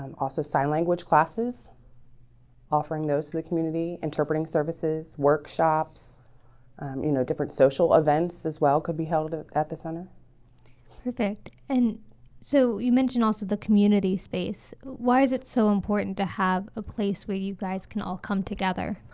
um also sign language classes offering those to the community interpreting services workshops you know different social events as well could be held ah at the center perfect. and so you mentioned also the community space. why is it so important to have a place where you guys can all come together?